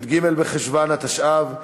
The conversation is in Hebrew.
י"ג בחשוון התשע"ו,